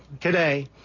today